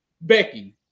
Becky